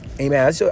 Amen